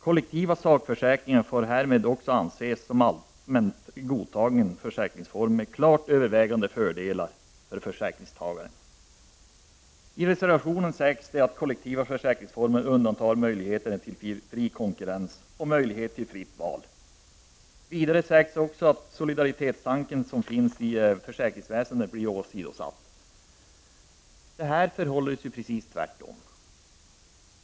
Kollektiv sakförsäkring får därmed anses som en allmänt godtagen försäkringsform med klart övervägande fördelar för försäkringstagaren. I reservationen sägs att kollektiva försäkringsformer eftersätter möjligheten till fri konkurrens och möjligheten till fritt val. Vidare sägs att den solidaritetstanke som finns i försäkringsväsendet blir åsidosatt. Det förhåller sig ju tvärtom.